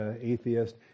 atheist